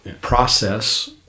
process